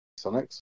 Sonics